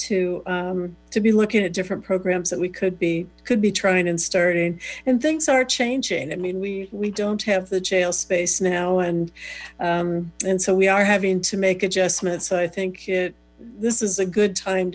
to be looking at different programs that we could be could be trying and starting and things are changing i mean we we don't have the jail space now and so we are having to make adjustments i think it this is a good time